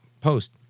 Post